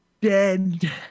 dead